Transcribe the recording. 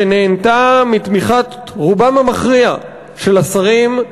ונהנתה מתמיכת רובם המכריע של השרים,